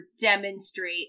demonstrate